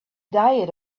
diet